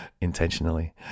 intentionally